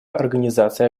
организации